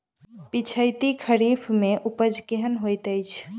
पिछैती खरीफ मे उपज केहन होइत अछि?